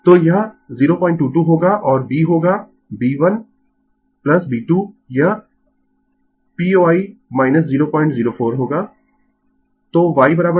तो यह 022 होगा और b होगा b 1 b 2 यह poi 004 होगा